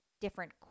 different